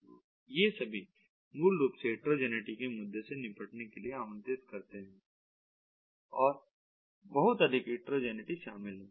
तो ये सभी मूल रूप से हिट्रोजेनिटी के मुद्दे से निपटने के लिए आमंत्रित करते हैं और बहुत अधिक हिट्रोजेनिटी शामिल है